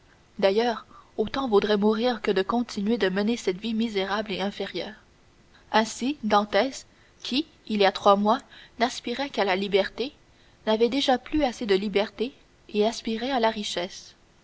d'ailleurs autant vaudrait mourir que de continuer de mener cette vie misérable et inférieure ainsi dantès qui il y a trois mois n'aspirait qu'à la liberté n'avait déjà plus assez de la liberté et aspirait à la richesse